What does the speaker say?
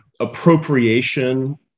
appropriation